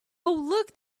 look